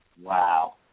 Wow